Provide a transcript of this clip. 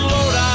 Lord